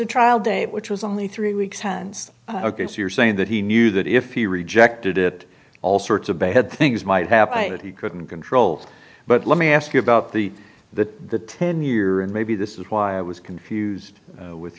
a trial date which was only three weeks hence ok so you're saying that he knew that if he rejected it all sorts of bad things might happen that he couldn't control but let me ask you about the the ten year and maybe this is why i was confused with